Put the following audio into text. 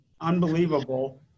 unbelievable